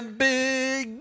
big